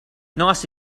nice